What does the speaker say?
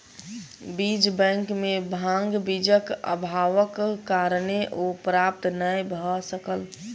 बीज बैंक में भांग बीजक अभावक कारणेँ ओ प्राप्त नै भअ सकल